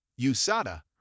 USADA